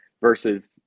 versus